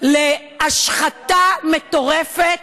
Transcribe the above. להשחתה מטורפת,